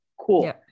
Cool